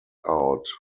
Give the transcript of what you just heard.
out